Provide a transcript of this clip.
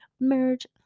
merge